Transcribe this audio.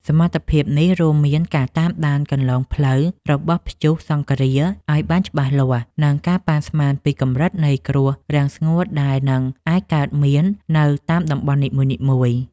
សមត្ថភាពនេះរួមមានការតាមដានគន្លងផ្លូវរបស់ព្យុះសង្ឃរាឱ្យបានច្បាស់លាស់ និងការប៉ាន់ស្មានពីកម្រិតនៃគ្រោះរាំងស្ងួតដែលនឹងអាចកើតមាននៅតាមតំបន់នីមួយៗ។